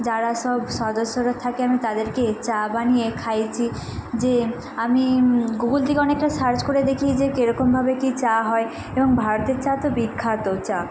যারা সব সদস্যরা থাকে আমি তাদেরকে চা বানিয়ে খাইয়েছি যে আমি গুগুল থেকে অনেকটা সার্চ করে দেখি যে কেরকমভাবে কী চা হয় এবং ভারতের চা তো বিখ্যাত চা